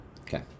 Okay